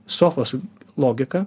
sofos logika